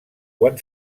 quan